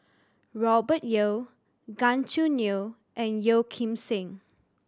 Robert Yeo Gan Choo Neo and Yeo Kim Seng